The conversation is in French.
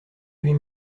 huit